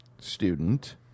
student –